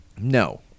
No